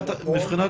מבחינת